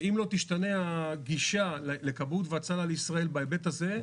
ואם לא תשתנה הגישה לכבאות והצלה לישראל בהיבט הזה,